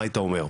מה היית אומר?